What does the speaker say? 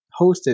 hosted